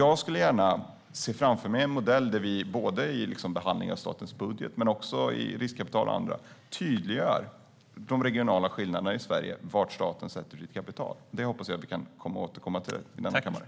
Jag skulle gärna se framför mig en modell där vi i behandlingen av statens budget och när det gäller riskkapital och annat tydliggör de regionala skillnaderna i Sverige och var staten placerar sitt kapital. Det hoppas jag att vi kan återkomma till här i kammaren.